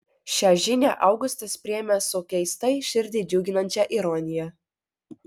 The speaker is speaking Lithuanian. šią žinią augustas priėmė su keistai širdį džiuginančia ironija